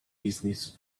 business